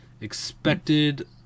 expected